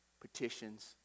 petitions